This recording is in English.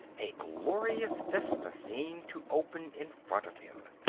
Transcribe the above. a glorious vista seemed to open in front of him.